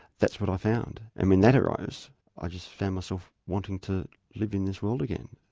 that's what i found and when that arose i just found myself wanting to live in this world again.